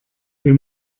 wir